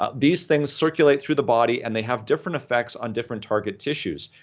ah these things circulate through the body and they have different effects on different target tissues.